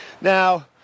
Now